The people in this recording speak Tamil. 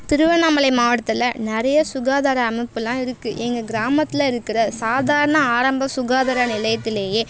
திருவண்ணாமலை மாவட்டத்தில் நிறைய சுகாதார அமைப்புலாம் இருக்குது எங்கள் கிராமத்தில் இருக்கிற சாதாரண ஆரம்ப சுகாதார நிலையத்திலேயே